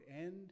end